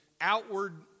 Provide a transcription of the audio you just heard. outward